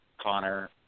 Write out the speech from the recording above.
Connor